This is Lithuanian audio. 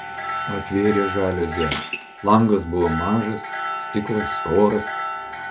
atvėrė žaliuzę langas buvo mažas stiklas storas